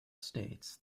states